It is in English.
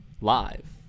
live